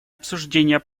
обсуждения